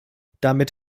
damit